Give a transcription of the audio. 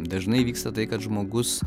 dažnai vyksta tai kad žmogus